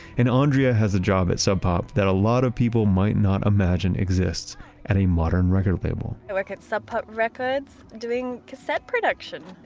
and andrea has a job at sub pop that a lot of people might not imagine exists at a modern record label i work at sub pop records. i'm doing cassette production.